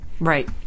Right